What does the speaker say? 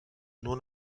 nur